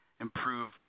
improve